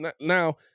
now